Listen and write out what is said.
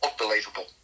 Unbelievable